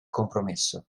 compromesso